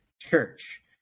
Church